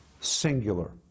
singular